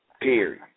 Period